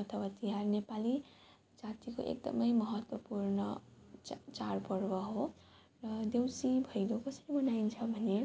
अथवा तिहार नेपाली जातिको एकदमै महत्त्वपूर्ण चा चाडपर्व हो र देउसी भैलो कसरी मनाइन्छ भने